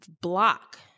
block